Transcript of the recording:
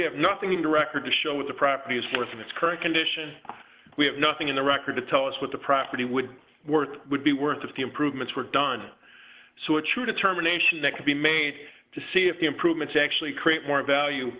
have nothing in the record to show what the property is worth in its current condition we have nothing in the record to tell us what the property would worth would be worth of the improvements were done so a true determination that could be made to see if the improvements actually create more value